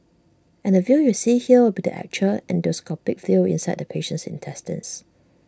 and the view you see here will be the actual endoscopic view inside the patient's intestines